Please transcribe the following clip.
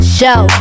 show